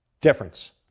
Difference